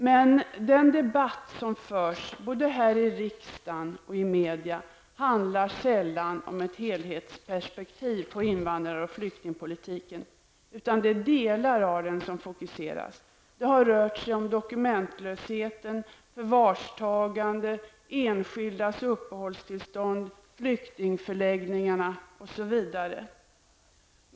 Men den debatt som förs både här i riksdagen och i media handlar sällan om ett helhetsperspektiv på invandrar och flyktingpolitiken, utan det är delar av den som fokuseras. Det har t.ex. rört sig om dokumentlösheten, förvarstagande, enskildas uppehållstillstånd och flyktingförläggningarna.